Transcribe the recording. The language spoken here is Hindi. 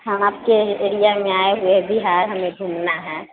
हम आपके एरिया में आए हुए हैं बिहार हमें घूमना है